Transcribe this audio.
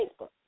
Facebook